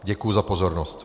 Děkuji za pozornost.